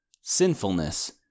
sinfulness